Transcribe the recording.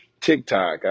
TikTok